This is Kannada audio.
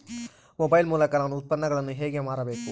ಮೊಬೈಲ್ ಮೂಲಕ ನಾನು ಉತ್ಪನ್ನಗಳನ್ನು ಹೇಗೆ ಮಾರಬೇಕು?